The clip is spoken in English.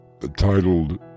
Titled